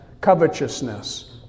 covetousness